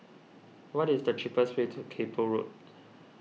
what is the cheapest way to Kay Poh Road